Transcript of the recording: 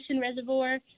reservoir